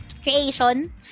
Creation